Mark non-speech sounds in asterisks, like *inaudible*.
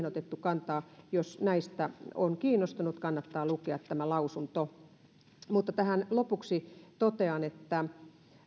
*unintelligible* otettu kantaa jos näistä on kiinnostunut kannattaa lukea tämä lausunto mutta tähän lopuksi totean että